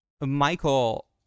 Michael